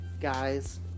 guys